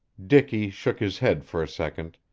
dicky shook his head for a second,